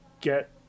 get